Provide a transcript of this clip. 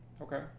Okay